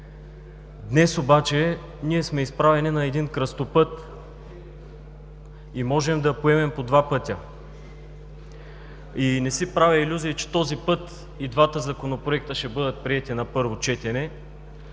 Днес обаче ние сме изправени на един кръстопът и можем да поемем по два пътя. Не си правя илюзии, че този път и двата законопроекта ще бъдат приети на първо четене,